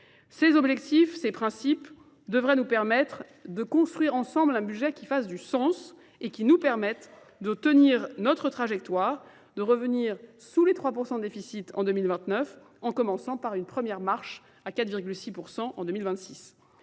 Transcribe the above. Ces objectifs, ces principes, devraient nous permettre de construire ensemble un budget qui fasse du sens et qui nous permette de tenir notre trajectoire, de revenir sous les 3% de déficit en 2029 en commençant par une première marche à 4,6% en 2026.